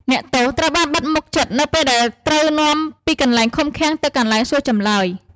អ្នកទោសត្រូវបានបិទមុខជិតនៅពេលដែលត្រូវនាំពីកន្លែងឃុំឃាំងទៅកន្លែងសួរចម្លើយ។